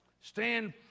Stand